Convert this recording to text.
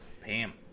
Pam